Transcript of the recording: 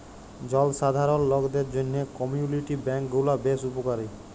জলসাধারল লকদের জ্যনহে কমিউলিটি ব্যাংক গুলা বেশ উপকারী